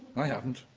i haven't.